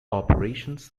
operations